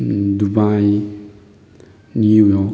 Dubai New York